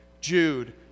Jude